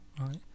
right